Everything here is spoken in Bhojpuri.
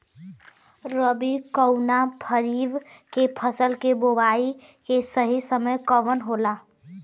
रबी अउर खरीफ के फसल के बोआई के सही समय कवन होला?